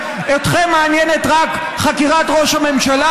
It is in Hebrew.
אתכם מעניינת רק חקירת ראש הממשלה.